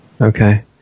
Okay